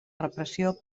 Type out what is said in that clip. repressió